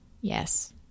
yes